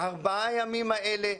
ארבעת הימים האלה,